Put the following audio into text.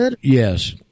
Yes